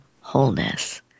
wholeness